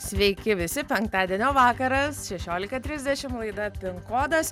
sveiki visi penktadienio vakaras šešiolika trisdešim laida pin kodas